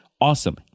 awesome